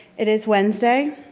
it is wednesday,